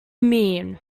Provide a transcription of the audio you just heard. mean